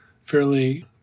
fairly